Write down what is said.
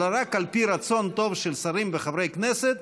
אלא רק על פי רצון טוב של שרים וחברי כנסת,